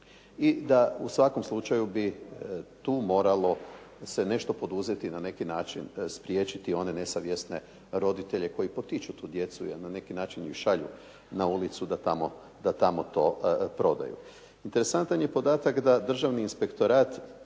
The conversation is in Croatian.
I da u svakom slučaju bi tu moralo se nešto poduzeti na neki način, spriječiti one nesavjesne roditelje koji potiču tu djecu jer na neki način ih šalju na ulicu da tamo to prodaju. Interesantan je podatak da državni inspektorat